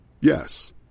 Yes